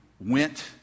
went